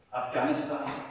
Afghanistan